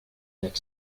neck